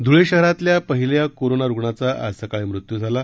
धुळे शहरातल्या पहिल्या कोरोना रुग्णाचा आज सकाळी मृत्यू झाला